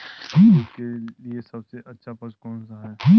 दूध के लिए सबसे अच्छा पशु कौनसा है?